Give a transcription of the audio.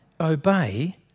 Obey